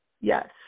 yes